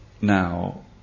now